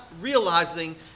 realizing